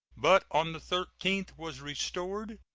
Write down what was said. but on the thirteenth was restored.